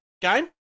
game